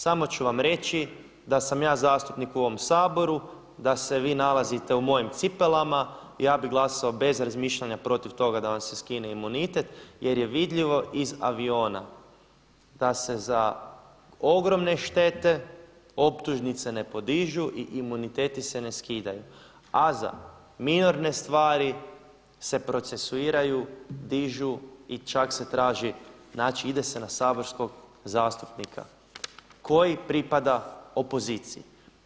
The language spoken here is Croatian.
Samo ću vam reći da sam ja zastupnik u ovom Saboru, da se vi nalazite u mojim cipelama ja bih glasao bez razmišljanja protiv toga da vam se skine imunitet jer je vidljivo iz aviona da se za ogromne štete optužnice ne podižu i imuniteti se ne skidaju a za minorne stvari se procesuiraju, dižu i čak se traži, znači ide se na saborskog zastupnika koji pripada opoziciji.